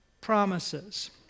promises